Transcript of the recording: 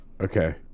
Okay